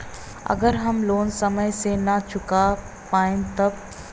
अगर हम लोन समय से ना चुका पैनी तब?